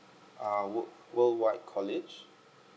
uh wo~ worldwide college